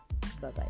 Bye-bye